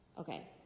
Okay